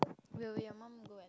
will will your mum go and